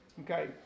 Okay